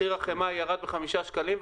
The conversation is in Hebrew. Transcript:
מחיר החמאה ירד בחמישה שקלים,